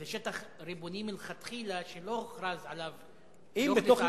זה שטח ריבוני מלכתחילה שלא הוכרזה עליו ריבונות.